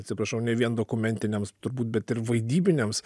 atsiprašau ne vien dokumentiniams turbūt bet ir vaidybiniams